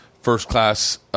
first-class